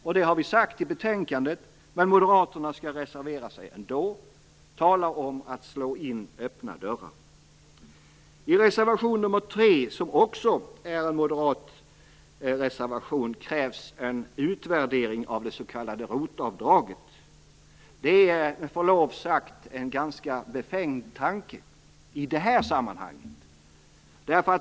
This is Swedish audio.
Detta har vi sagt i betänkandet, men moderaterna skall reservera sig ändå - tala om att slå in öppna dörrar! I reservation nr 3, som också är en moderat reservation, krävs en utvärdering av det s.k. ROT avdraget. Det är med förlov sagt en ganska befängd tanke i det här sammanhanget.